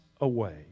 away